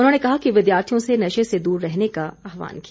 उन्होंने विद्यार्थियों से नशे से दूर रहने का आहवान किया